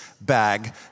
bag